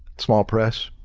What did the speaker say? small press,